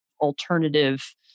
alternative